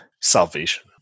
Salvation